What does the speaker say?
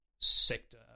sector